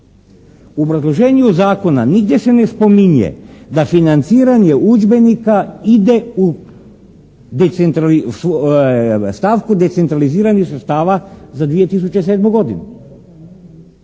U obrazloženju zakona nigdje se ne spominje da financiranje udžbenika ide u stavku decentraliziranih sredstava za 2007. godinu.